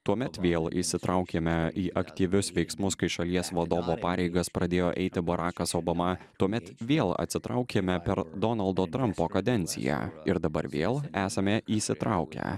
tuomet vėl įsitraukėme į aktyvius veiksmus kai šalies vadovo pareigas pradėjo eiti barakas obama tuomet vėl atsitraukėme per donaldo trampo kadenciją ir dabar vėl esame įsitraukę